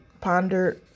Ponder